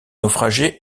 naufragés